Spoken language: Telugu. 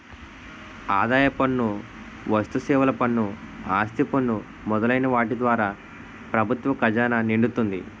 ఆదాయ పన్ను వస్తుసేవల పన్ను ఆస్తి పన్ను మొదలైన వాటి ద్వారా ప్రభుత్వ ఖజానా నిండుతుంది